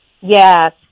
Yes